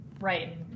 Right